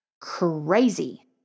Crazy